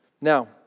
Now